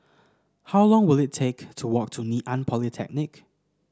how long will it take to walk to Ngee Ann Polytechnic